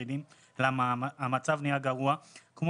לא יכול להיות דבר כזה,